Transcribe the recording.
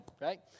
right